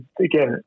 again